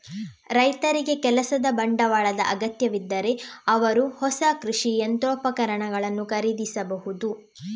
ರೈತರಿಗೆ ಕೆಲಸದ ಬಂಡವಾಳದ ಅಗತ್ಯವಿದ್ದರೆ ಅವರು ಹೊಸ ಕೃಷಿ ಯಂತ್ರೋಪಕರಣಗಳನ್ನು ಖರೀದಿಸಬಹುದು